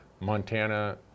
Montana